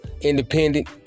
Independent